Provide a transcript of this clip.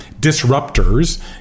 disruptors